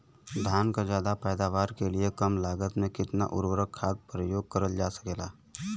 धान क ज्यादा पैदावार के लिए कम लागत में कितना उर्वरक खाद प्रयोग करल जा सकेला?